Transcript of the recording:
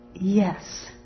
Yes